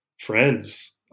friends